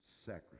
sacrifice